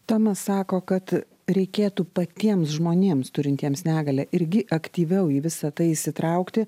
tomas sako kad reikėtų patiems žmonėms turintiems negalią irgi aktyviau į visa tai įsitraukti